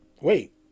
wait